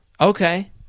Okay